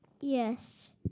Yes